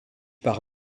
par